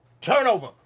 Turnover